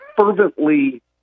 fervently